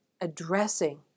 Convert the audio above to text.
addressing